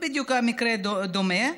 בדיוק מקרה דומה,